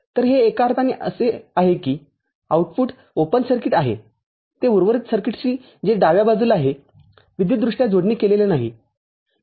तर हे एका अर्थाने असे आहे की आउटपुट ओपन सर्किट आहे ते उर्वरित सर्किटशी जे डाव्या बाजूला आहे विद्युतदृष्ट्या जोडनी केलेले नाही